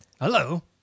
Hello